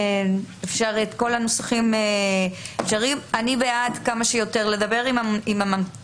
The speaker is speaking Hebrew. אני בעד כמה שיותר לדבר עם המציעות כדי שזה יגיע